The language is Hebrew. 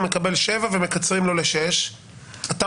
מקבל שבעה חודשים ומקצרים לו לשישה חודשים,